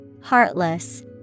Heartless